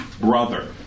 brother